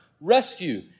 Rescue